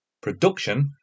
Production